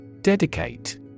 Dedicate